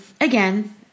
again